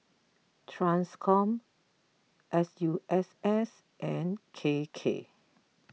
Transcom S U S S and K K